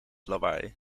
lawaai